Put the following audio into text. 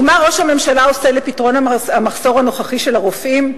ומה ראש הממשלה עושה לפתרון המחסור הנוכחי של הרופאים?